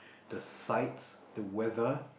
the sights the weather